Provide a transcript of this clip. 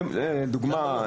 לדוגמה,